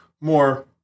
more